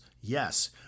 Yes